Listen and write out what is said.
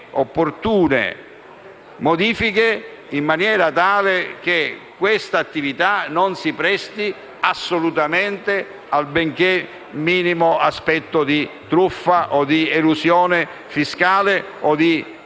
opportune modifiche in maniera tale che questa attività non si presti al benché minimo aspetto di truffa o di elusione fiscale o a